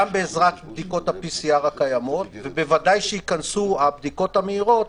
גם בעזרת בדיקות ה-PCR הקיימות ובוודאי כשייכנסו הבדיקות המהירות,